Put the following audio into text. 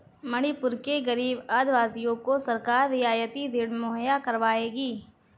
मणिपुर के गरीब आदिवासियों को सरकार रियायती ऋण मुहैया करवाएगी